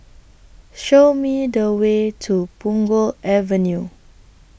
Show Me The Way to Punggol Avenue